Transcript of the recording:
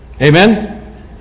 Amen